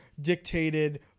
dictated